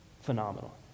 phenomenal